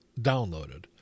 downloaded